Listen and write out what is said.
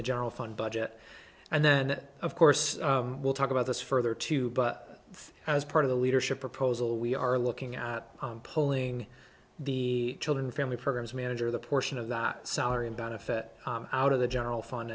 the general fund budget and then of course we'll talk about this further too but as part of the leadership proposal we are looking at pulling the children family programs manager the portion of that salary and benefit out of the general fund